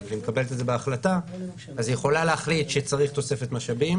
והיא מקבלת את זה בהחלטה אז היא יכולה להחליט שצריך תוספת משאבים,